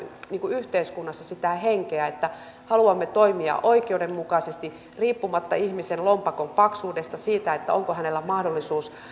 yhteiskunnassa sitä henkeä että haluamme toimia oikeudenmukaisesti riippumatta ihmisen lompakon paksuudesta siitä onko hänellä mahdollisuus